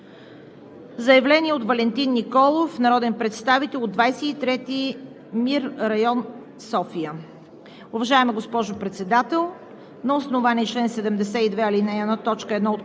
Заявление от Валентин Николов – народен представител от 23. МИР – район София: „Уважаема госпожо Председател, на основание чл. 72, ал. 1, т. 1 от